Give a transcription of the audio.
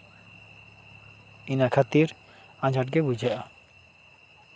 ᱤᱱᱟᱹ ᱠᱷᱟᱹᱛᱤᱨ ᱟᱸᱡᱷᱟᱴ ᱜᱮ ᱵᱩᱡᱷᱟᱹᱜᱼᱟ